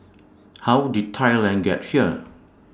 how did Thailand get here